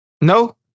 No